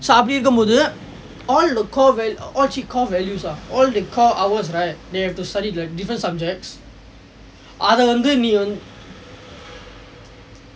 so அப்படி இருக்கும்போது:appadi irukkumpothu all the core all three core modules lah all the core hours right have to study like different subjects அது வந்து நீ வந்த:athu vandthu nii vanth